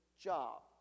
job